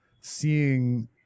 seeing